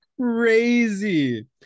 crazy